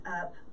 up